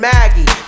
Maggie